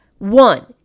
One